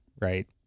right